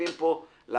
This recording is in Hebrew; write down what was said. ששותפים פה למהלך,